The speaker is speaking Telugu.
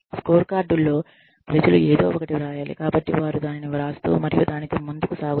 స్కోర్కార్డుల్లో ప్రజలు ఏదో ఒకటి వ్రాయాలి కాబట్టి వారు దానిని వ్రాస్తూ మరియు దానితో ముందుకు సాగుతారు